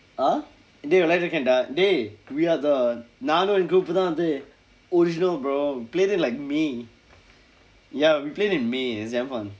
ah dey விளையாடிட்டு இருக்கிறேன்:vilaiyaaditdu irukkireen dah dey we are the நானும் என்:naanum en group தான் வந்து:thaan vandthu original bro played it like may ya we played in may it's damn fun